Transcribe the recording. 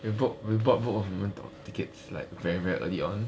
we bought book of mormon tickets like very very early on